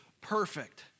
perfect